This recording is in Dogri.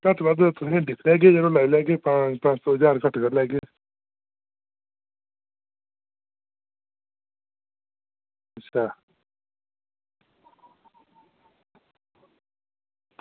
ते आओ तुस दिक्खी लैगे तुसें ई लाई लैगे पंज सौ ज्हार घट्ट लाई लैगे अच्छा